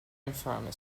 infame